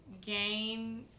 gain